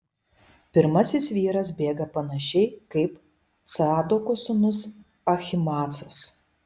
pirmasis vyras bėga panašiai kaip cadoko sūnus ahimaacas